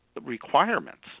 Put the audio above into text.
requirements